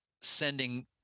sending